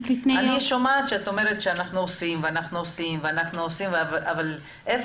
אני שומעת שאת אומרת שאתם עושים ועושים ועושים אבל איפה